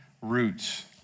roots